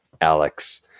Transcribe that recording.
Alex